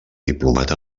diplomat